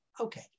Okay